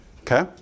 Okay